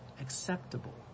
acceptable